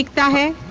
like die